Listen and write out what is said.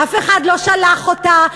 אף אחד לא שלח אותה,